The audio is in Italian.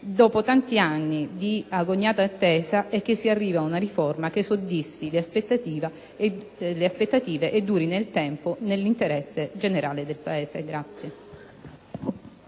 dopo tanti anni di agognata attesa, l'interesse è che si arrivi ad una riforma che soddisfi le aspettative e duri nel tempo, nell'interesse generale del Paese.